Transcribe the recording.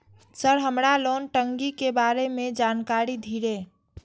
Sir हमरा loan टंगी के बारे में जान कारी धीरे?